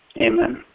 Amen